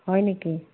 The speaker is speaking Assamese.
হয় নেকি